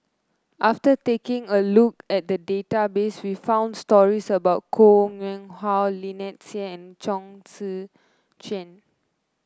after taking a look at the database we found stories about Koh Nguang How Lynnette Seah and Chong Tze Chien